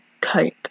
cope